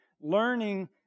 learning